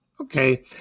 Okay